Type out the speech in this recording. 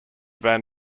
van